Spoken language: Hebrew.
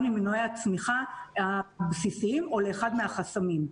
ממנועי הצמיחה הבסיסיים או לאחד מהחסמים.